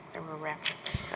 there were rapids.